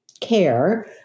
care